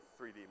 3D